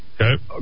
Okay